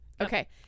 Okay